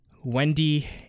Wendy